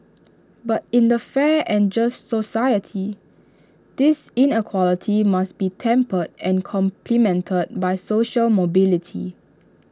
but in A fair and just society this inequality must be tempered and complemented by social mobility